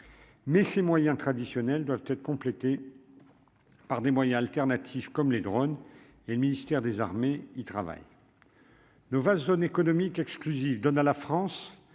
mais ces moyens traditionnels doivent être complétées par des moyens alternatifs comme les drônes et le ministère des Armées, il travaille le vase zone économique exclusive, donne à la France